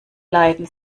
leiden